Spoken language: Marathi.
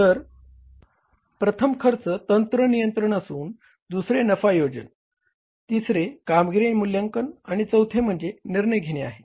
तर प्रथम तंत्र खर्च नियंत्रण असून दुसरे नफा नियोजन तिसरे कामगिरीचे मूल्यांकन आणि चौथे म्हणजे निर्णय घेणे आहेत